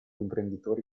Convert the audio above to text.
imprenditori